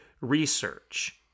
research